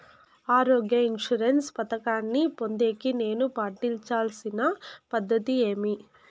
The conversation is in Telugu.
ఆరోగ్య ఇన్సూరెన్సు పథకాన్ని పొందేకి నేను పాటించాల్సిన పద్ధతి ఏమి?